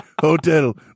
hotel